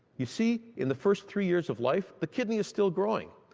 you see in the first three years of life, the kidney is still growing.